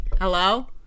Hello